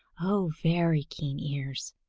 oh, very keen ears,